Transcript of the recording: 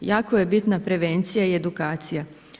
Jako je bitna prevencija i edukacija.